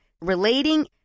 relating